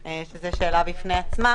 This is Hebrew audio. שזו שאלה בפני עצמה.